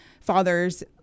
fathers